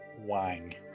Wang